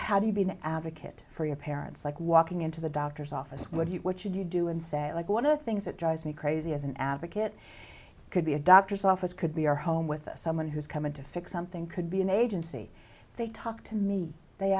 have you been an advocate for your parents like walking into the doctor's office what do you what should you do and say like one of the things that drives me crazy as an advocate could be a doctor's office could be your home with us someone who's come in to fix something could be an agency they talk to me they